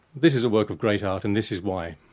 this is a work of great art and this is why.